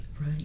Right